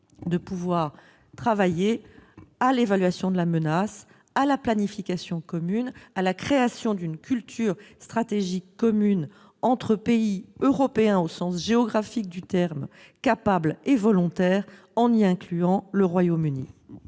de travailler avec eux à l'évaluation de la menace, à la planification commune, à la création d'une culture stratégique commune entre pays européens, au sens géographique du terme, capables et volontaires, y compris le Royaume-Uni.